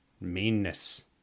meanness